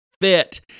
fit